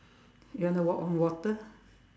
you want to walk on water